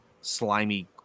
slimy